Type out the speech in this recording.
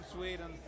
Sweden